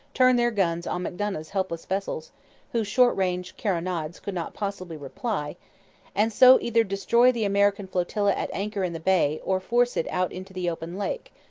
turn their guns on macdonough's helpless vessels whose short-range carronades could not possibly reply and so either destroy the american flotilla at anchor in the bay or force it out into the open lake,